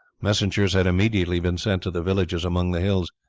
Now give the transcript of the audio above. messengers had immediately been sent to the villages among the hills.